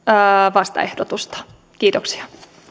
vastaehdotusta kiitoksia